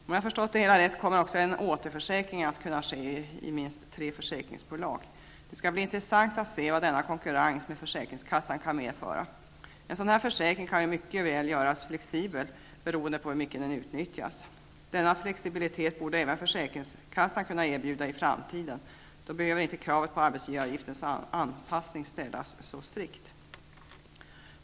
Om jag förstått det hela rätt kommer också en återförsäkring att kunna ske i minst tre försäkringsbolag. Det skall bli intressant att se vad denna konkurrens med försäkringskassan kan medföra. En sådan här försäkring kan ju mycket väl göras flexibel, beroende på hur mycket den utnyttjas. Denna flexibilitet borde även försäkringskassan kunna erbjuda i framtiden. Då behöver inte kravet på arbetsgivaravgiftens anpassning ställas så strikt.